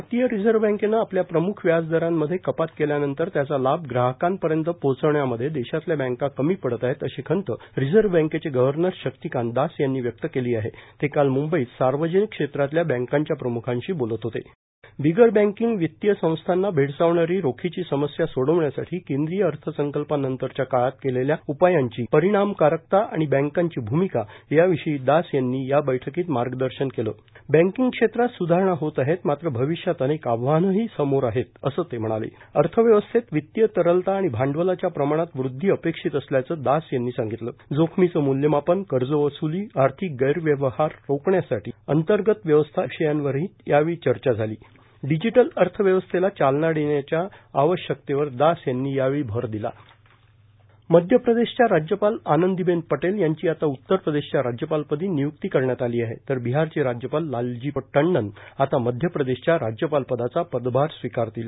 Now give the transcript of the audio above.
भारतीय रिझर्व्ह बँकेनं आपल्या प्रम्ख व्याजदारांमधे कपात केल्यानंतर त्याचा लाभ ग्राहकांपर्यं त पोहोचवण्यामधे देशातल्या बँका कमी पडत आहेतर अशी खंत रिझर्व्ह बँकेचे गव्हर्नर शक्तिकांत दास यांनी व्यक्त केली आहेष् ते काल म्ंबईतए सार्वजनिक क्षेत्रातल्या बँकांच्या प्रम्खांशी बोलत होतेण बिगर बँकिंग वित्तीय संस्थांना भेडसावणारी रोखीची समस्या सोडवण्यासाठी केंद्रीय अर्थसंकल्पानंतरच्या काळात केलेल्या उपायांची परिणामकारकता आणि बँकांची भूमिका याविषयी दास यांनी या बैठकीत मार्गदर्शन केलंण बँकिंग क्षेत्रात सुधारणा होत आहेतए मात्र भविष्यात अनेक आव्हानंही समोर आहेतए असं ते म्ह णालेण् अर्थव्यवस्थेत वित्तीय तरलता आणि भांडवलाच्या प्रमाणात वृद्वी अपेक्षित असल्याचं दास यांनी सांगितलंण जोखमीचं मूल्यमापनए कर्जवसूलीए आर्थिक गैरव्यवहार रोखण्यासाठी अंतर्गत व्यवस्था इत्यादी विषयांवरही यावेळी चर्चा झालीण डिजिटल अर्थव्यवस्थेला चालना देण्याच्या आवश्यकतेवर दास यांनी यावेळी भर दिलाण मध्य प्रदेशच्या राज्यपाल आनंदीबेन पटेल यांची आता उत्तर प्रदेशच्या राज्यपालपदी नियुक्ती करण्यात आली आहे तर बिहारचे राज्यपाल लालणी टंडन आता मध्य प्रदेशच्या राज्यपालपदाचा पदमार स्वीकारतील